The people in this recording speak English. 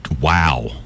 Wow